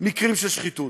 מקרים של שחיתות.